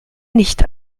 nicht